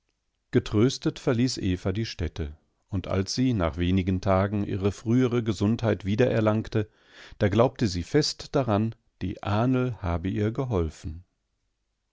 getröstet verließ eva die stätte und als sie nach wenigen tagen ihre frühere gesundheit wieder erlangte da glaubte sie fest daran die ahnl habe ihr geholfen